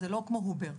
זה לא כמו אובר,